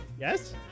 Yes